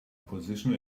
position